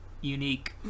unique